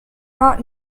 not